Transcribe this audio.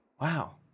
wow